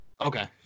Okay